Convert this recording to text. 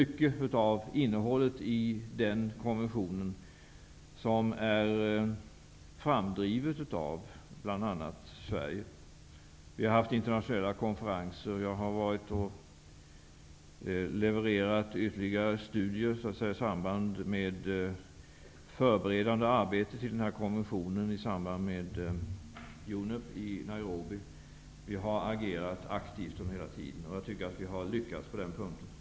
Mycket av innehållet i den konventionen är framdrivet av bl.a. Sverige. Vi har haft internationella konferenser, och jag har så att säga levererat ytterligare studier i samband med det förberedande arbetet med konventionen när det gäller UNEP i Nairobi. Vi har hela tiden agerat aktivt, och jag tycker att vi har lyckats på den punkten.